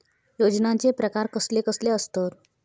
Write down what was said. योजनांचे प्रकार कसले कसले असतत?